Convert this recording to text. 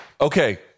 Okay